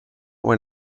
when